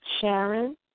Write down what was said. Sharon